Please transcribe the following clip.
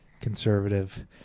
conservative